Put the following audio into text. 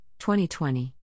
2020